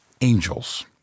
Angels